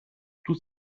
toute